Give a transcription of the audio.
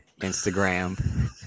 Instagram